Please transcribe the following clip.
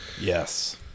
yes